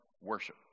worship